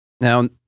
Now